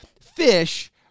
Fish